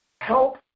help